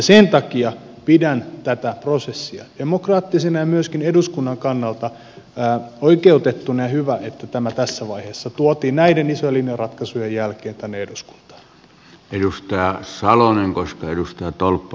sen takia pidän tätä prosessia demokraattisena ja myöskin eduskunnan kannalta oikeutettuna ja hyvä että tämä tässä vaiheessa tuotiin näiden isojen linjaratkaisujen jälkeen tänne eduskuntaan